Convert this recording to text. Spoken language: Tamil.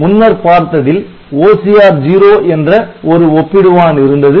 முன்னர் பார்த்ததில் OCR0 என்ற ஒரு ஒப்பிடுவான் இருந்தது